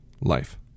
life